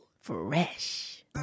fresh